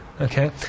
Okay